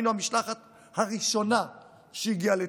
היינו המשלחת הראשונה שהגיעה לטורקיה.